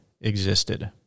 existed